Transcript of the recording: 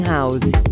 House